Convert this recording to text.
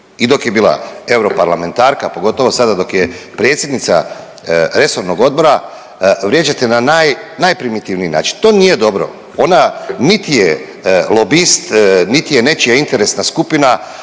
i dok je bila europarlamentarka, pogotovo sada dok je predsjednica resornog odbora vrijeđate na naj, najprimitivniji način. To nije dobro, ona niti je lobist, niti je nečija interesna skupina,